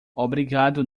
obrigado